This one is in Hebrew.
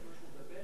זכותו לדבר